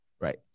right